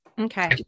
Okay